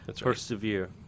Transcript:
Persevere